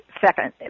Second